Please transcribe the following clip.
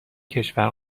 کشور